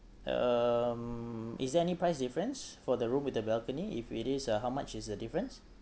um is there any price difference for the room with the balcony if it is uh how much is the difference